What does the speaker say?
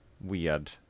weird